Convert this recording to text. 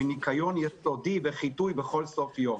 וניקיון יסודי וחיטוי בכל סוף יום.